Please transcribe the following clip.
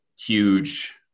huge